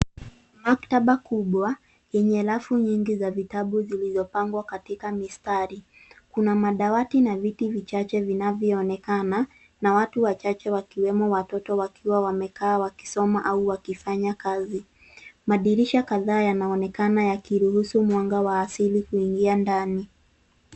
Maktaba kubwa, yenye rafu nyingi za vitabu zilizopangwa katika mistari. Kuna dawati na viti vichache vinavyoonekana, na watu wachache wakiwemo watoto wakiwa wamekaa, wakisoma, au wakifanya kazi. Madirisha kadhaa yanaonekana yakiruhusu mwanga wa asili kuingia ndani.